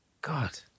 God